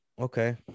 Okay